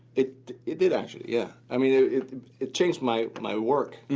it it did actually, yeah. i mean ah it it changed my my work,